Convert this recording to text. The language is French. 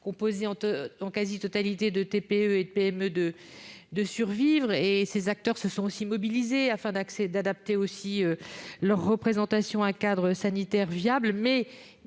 composé en quasi-totalité de TPE et de PME, de survivre. Ses acteurs se sont mobilisés afin d'adapter leur représentation à un cadre sanitaire viable.